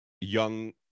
young